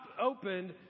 opened